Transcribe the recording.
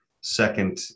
second